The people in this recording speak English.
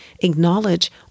acknowledge